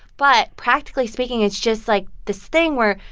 but practically speaking, it's just, like, this thing where,